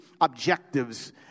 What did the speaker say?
objectives